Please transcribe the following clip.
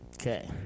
Okay